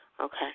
Okay